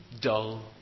dull